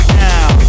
now